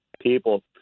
people